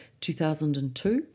2002